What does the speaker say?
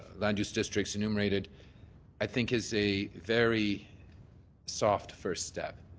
land use districts enumerated i think is a very soft first step.